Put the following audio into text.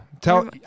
tell